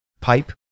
pipe